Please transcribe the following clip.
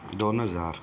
दोन हजार